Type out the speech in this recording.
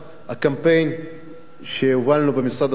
הקמפיין שהובלנו במשרד התיירות,